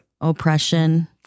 oppression